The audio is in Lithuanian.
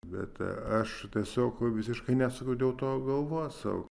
bet aš tiesiog visiškai nesuku dėl to galvos sau